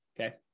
Okay